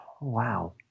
wow